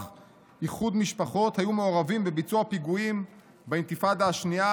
איחוד משפחות היו מעורבים בביצוע פיגועים באינתיפאדה השנייה,